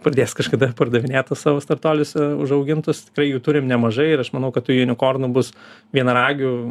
pradės kažkada pardavinėt tuos savo startuolius užaugintus tikrai jų turim nemažai ir aš manau kad tų junikornų bus vienaragių